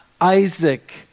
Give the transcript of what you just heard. Isaac